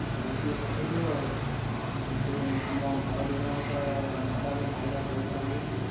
ଜଲ୍ଦି ଟିକେ ପଠେଇଦିଅ ସେ ଆମ ଘର ଦୁଇ ଜଣଙ୍କର ତ ଆମ ବାବା ମୋ ଭାଇର ଦେହ ଖରାପ ହେଇଯାଇଛି